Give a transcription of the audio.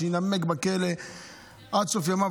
שיימק בכלא עד סוף ימיו.